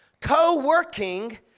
co-working